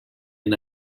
and